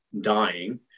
dying